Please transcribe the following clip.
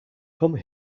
come